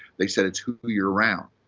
they said it's who you're around.